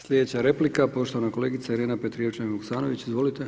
Slijedeća replika poštovana kolegica Irena Petrijevčanin Vuksanović.